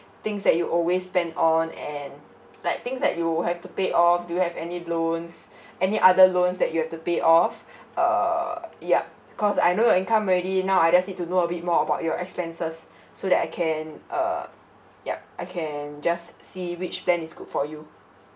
things that you always spend on and like things that you have to pay off do you have any loans any other loans that you have to pay off err yup cause I know your income already now I just need to know a bit more about your expenses so that I can err yup I can just see which plan is good for you